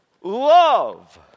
love